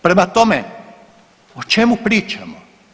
Prema tome, o čemu pričamo?